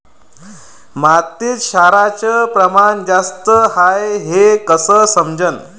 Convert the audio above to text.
मातीत क्षाराचं प्रमान जास्त हाये हे कस समजन?